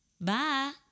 Bye